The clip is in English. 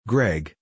Greg